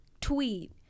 tweet